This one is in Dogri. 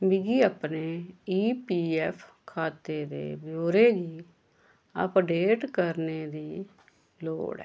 मिगी अपने ई पी एफ खाते दे ब्यौरे गी अपडेट करने दी लोड़ ऐ